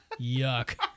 Yuck